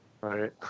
Right